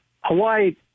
Hawaii